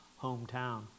hometown